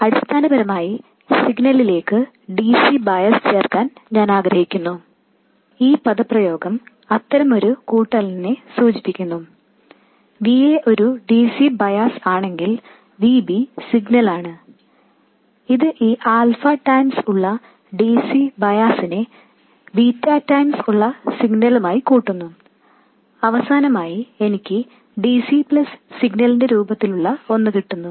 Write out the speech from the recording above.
അടിസ്ഥാനപരമായി സിഗ്നലിലേക്ക് dc bias ചേർക്കാൻ ഞാൻ ആഗ്രഹിക്കുന്നു ഈ പദപ്രയോഗം അത്തരം ഒരു കൂട്ടലിനെ സൂചിപ്പിക്കുന്നു Va ഒരു dc ബയസ് ആണെങ്കിൽ Vb സിഗ്നലാണ് ഇത് ഈ ആൽഫ ടൈംസ് ഉള്ള dc ബയസിനെ ബീറ്റാ ടൈംസ് ഉള്ള സിഗ്നലുമായി കൂട്ടുന്നു അവസാനമായി എനിക്ക് dc പ്ലസ് സിഗ്നലിന്റെ രൂപത്തിലുള്ള ഒന്ന് കിട്ടുന്നു